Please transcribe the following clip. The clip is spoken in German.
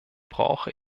brauche